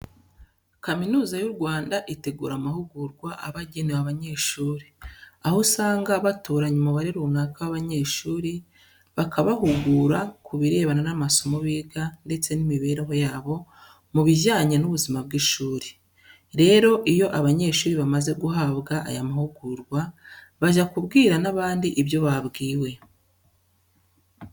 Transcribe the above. Kaminuza y'u Rwanda itegura amahugurwa aba agenewe abanyeshuri, aho usanga batoranya umubare runaka w'abanyeshuri bakabahugura ku birebana n'amasomo biga ndetse n'imibereho yabo mu bijyanye n'ubuzima bw'ishuri. Rero, iyo aba banyeshuri bamaze guhabwa aya mahugurwa bajya kubwira n'abandi ibyo babwiwe.